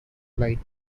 light